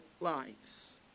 lives